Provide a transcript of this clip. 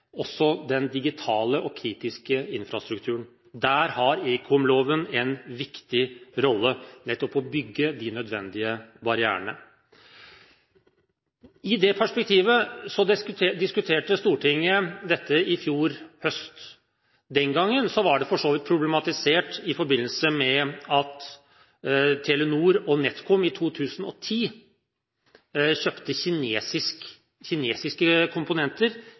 Der har ekomloven en viktig rolle, nettopp å bygge de nødvendige barrierene. I det perspektivet diskuterte Stortinget dette i fjor høst. Den gangen var det problematisert i forbindelse med at Telenor og NetCom i 2010 kjøpte kinesiske komponenter